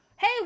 hey